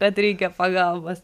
kad reikia pagalbos